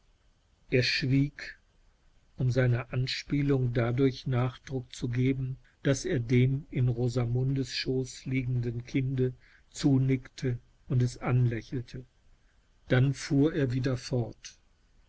er schwieg um seiner anspielung dadurch nachdruck zu geben daß er dem in rosamundes schoß liegenden kinde zunickte und es anlächelte dann fuhr er wieder fort